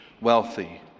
wealthy